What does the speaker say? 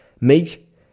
make